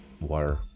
water